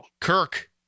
Kirk